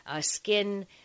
skin